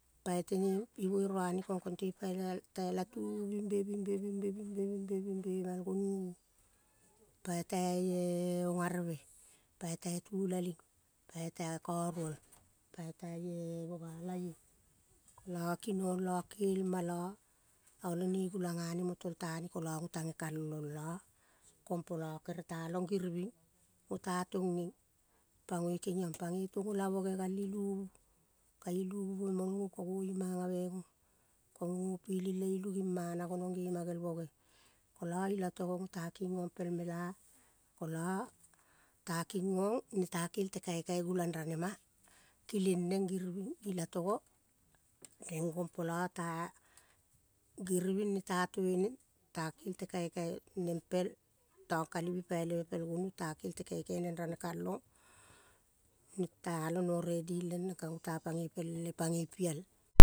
Pai tene ibuere uane kong, te pai tai latuvu bingbe, bingbe, bingbe, bingbe, bingbe, bingbe ma el gonuvu pai tai eh ogareve pai tai tulaling pai tai kuoruol, pai tai eh, bovalaie, kolo kinong lo kolo kel malo one ne gulang gane mo taltane kolo go tage kalong lo kompolo ere talong giriving gota tuongeng pagoi kegiou pagoi pagoi tego lavoge gal iluvu ka iluvu mamol go ka goimang ave go, koing go piling le ilu ging mana gonong gema gel voge, kolo ilatogo gota kingong pel mela, kolo tagingong ne ta kel te kaikai gulang rane ma kileng neng giriving ilatogo, neng gong polo, ta giriving ne ta tueneng ta kel te kaikai nempel tong kalivi pai leve pel gonu ta kel te kaikai neng rane kalong. Ne talong no readi lene neng kago ta pagoi piel.